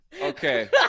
Okay